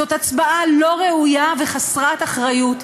זו הצבעה לא ראויה וחסרת אחריות,